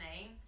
name